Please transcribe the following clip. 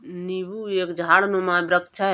नींबू एक झाड़नुमा वृक्ष है